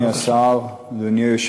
אדוני.